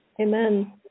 Amen